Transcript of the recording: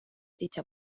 dicha